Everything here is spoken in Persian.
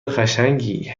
قشنگی